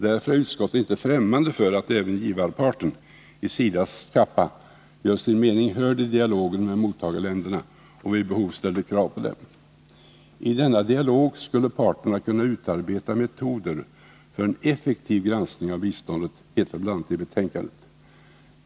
Därför är utskottet inte främmande för att även givarparten, i SIDA:s kappa, gör sin mening hörd i dialogen med mottagarländerna och vid behov ställer krav på dem. I denna dialog skulle parterna kunna utarbeta metoder för en effektiv granskning av biståndet, heter det bl.a. i betänkandet.